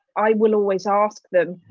i will always ask them